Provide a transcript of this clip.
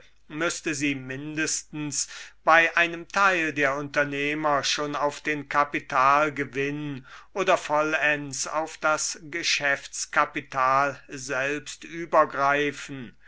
müßte sie mindestens bei einem teil der unternehmer schon auf den kapitalgewinn oder vollends auf das geschäftskapital selbst übergreifen